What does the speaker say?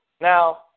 Now